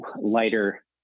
lighter